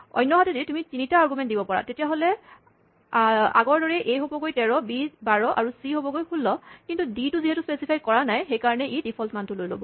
অন্যহাতে তুমি তিনিটা আৰগুমেন্ট দিব পাৰা তেতিয়া আগৰদৰেই এ হ'বগৈ ১৩ বি ১২ আৰু চি হ'বগৈ ১৬ কিন্তু ডি টো যিহেতু স্পেচিফাই কৰা নাই সেইকাৰণে ই ডিফল্ট মানটো লৈ ল'ব